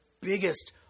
biggest